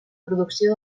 producció